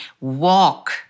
walk